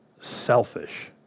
selfish